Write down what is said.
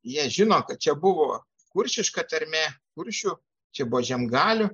jie žino kad čia buvo kuršiška tarmė kuršių čia buvo žiemgalių